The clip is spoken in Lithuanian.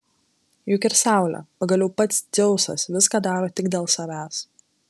juk ir saulė pagaliau pats dzeusas viską daro tik dėl savęs